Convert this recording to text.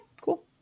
cool